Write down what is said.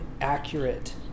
accurate